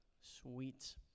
Sweet